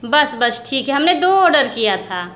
बस बस ठीक है हमने दो आर्डर किया था